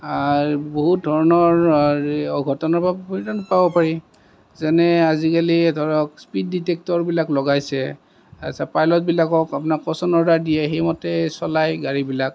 বহুত ধৰণৰ অঘটনৰ পৰা পৰিত্ৰাণ পাব পাৰি যেনে আজিকালি ধৰক স্পিড ডিটেক্টৰবিলাক লগাইছে আচ্ছা পাইলটবিলাকক ক'ছন অৰ্ডাৰ দিয়ে সেইমতে চলাই গাড়ীবিলাক